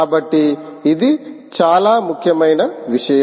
కాబట్టి ఇది చాలా ముఖ్యమైన విషయం